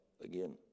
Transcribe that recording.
again